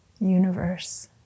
universe